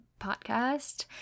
podcast